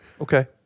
okay